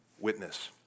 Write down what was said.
witness